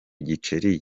giceri